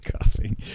Coughing